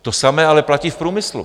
To samé ale platí v průmyslu.